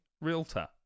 realtor